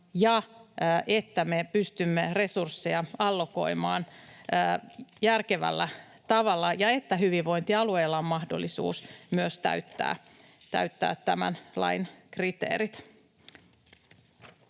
että me pystymme resursseja allokoimaan järkevällä tavalla ja että hyvinvointialueilla on mahdollisuus myös täyttää tämän lain kriteerit.